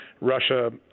Russia